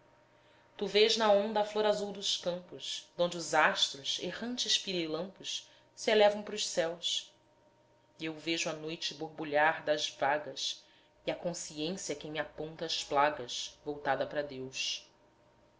tu vês na onda a flor azul dos campos donde os astros errantes pirilampos se elevam para os céus e eu vejo a noite borbulhar das vagas e a consciência é quem me aponta as plagas voltada para deus